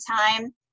time